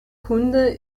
kunde